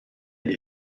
des